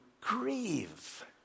grieve